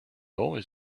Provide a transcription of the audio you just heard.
always